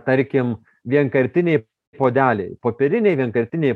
tarkim vienkartinė puodeliai popieriniai vienkartiniai